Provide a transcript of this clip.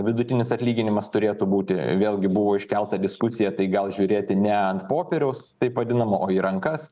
vidutinis atlyginimas turėtų būti vėlgi buvo iškelta diskusija tai gal žiūrėti ne ant popieriaus taip vadinama o į rankas